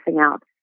out